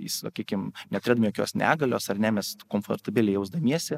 į sakykim neturėdami jokios negalios ar ne mes komfortabiliai jausdamiesi